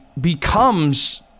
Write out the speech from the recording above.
becomes